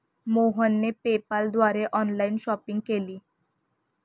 मोहनने पेपाल द्वारे online shopping केली